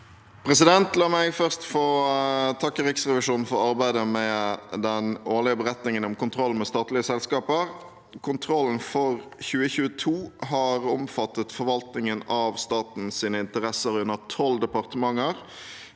sa- ken): La meg først få takke Riksrevisjonen for arbeidet med den årlige beretningen om kontroll med statlige selskaper. Kontrollen for 2022 har omfattet forvaltningen av statens interesser under 12 departementer